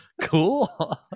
Cool